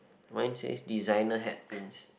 one says designer head pins